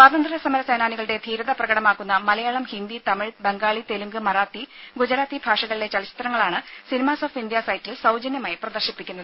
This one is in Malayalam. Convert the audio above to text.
സ്വാതന്ത്ര്യ സമര സേനാനികളുടെ ധീരത പ്രകടമാക്കുന്ന മലയാളം ഹിന്ദി തമിഴ് ബംഗാളി തെലുങ്ക് മറാത്തി ഗുജറാത്തി ഭാഷകളിലെ ചലച്ചിത്രങ്ങളാണ് സിനിമാസ് ഓഫ് ഇന്ത്യ സൈറ്റിൽ സൌജന്യമായി പ്രദർശിപ്പിക്കുന്നത്